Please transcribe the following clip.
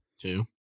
two